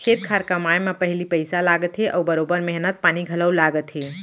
खेत खार कमाए म पहिली पइसा लागथे अउ बरोबर मेहनत पानी घलौ लागथे